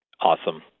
Awesome